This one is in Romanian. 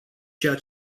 ceea